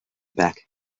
back